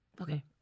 okay